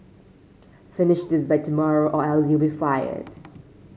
finish this by tomorrow or else you'll be fired